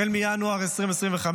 החל מינואר 2025,